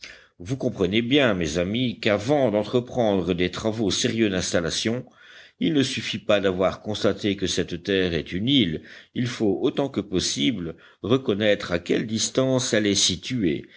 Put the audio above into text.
vous comprenez bien mes amis qu'avant d'entreprendre des travaux sérieux d'installation il ne suffit pas d'avoir constaté que cette terre est une île il faut autant que possible reconnaître à quelle distance elle est située